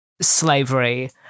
slavery